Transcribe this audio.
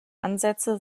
ansätze